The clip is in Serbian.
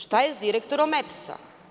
Šta je sa direktorom EPS?